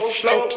slow